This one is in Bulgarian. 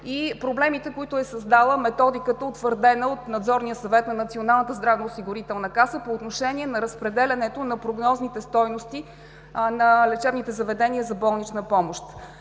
проблемите, които е създала методиката, утвърдена на Надзорния съвет на НЗОК по отношение на разпределянето на прогнозните стойности на лечебните заведения за болнична помощ.